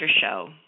show